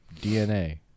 dna